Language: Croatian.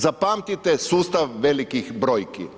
Zapamtite sustav velikih brojki.